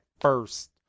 first